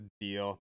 deal